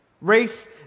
race